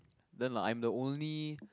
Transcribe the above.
then like I'm the only